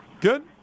Good